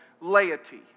laity